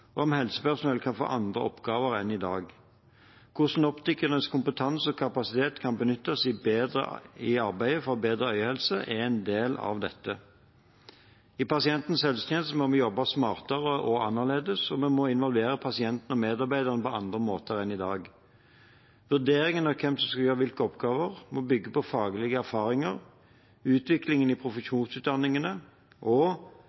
og om helsepersonell kan få andre oppgaver enn i dag. Hvordan optikernes kompetanse og kapasitet kan benyttes bedre i arbeidet for bedre øyehelse, er en del av dette. I pasientens helsetjeneste må vi jobbe smartere og annerledes, og vi må involvere pasienter og medarbeidere på andre måter enn i dag. Vurderingen av hvem som skal gjøre hvilke oppgaver, må bygge på faglige erfaringer, utviklingen i profesjonsutdanningen og